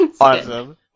Awesome